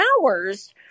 hours